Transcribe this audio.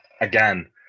Again